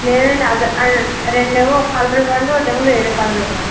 లేదండి రెండమో ఒక కలరివ్వండి ఒకటేమో వేరే కలరివ్వండి